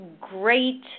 great